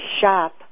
shop